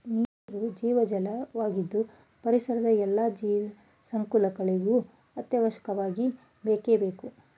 ನೀರು ಜೀವಜಲ ವಾಗಿದ್ದು ಪರಿಸರದ ಎಲ್ಲಾ ಜೀವ ಸಂಕುಲಗಳಿಗೂ ಅತ್ಯವಶ್ಯಕವಾಗಿ ಬೇಕೇ ಬೇಕು